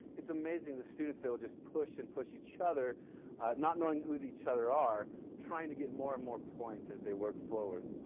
it's amazing, the students, they will just push and push each other not knowing who each other are trying to get more and more points as they work forward.